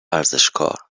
ورزشکار